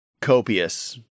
Copious